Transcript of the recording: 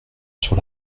sur